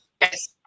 yes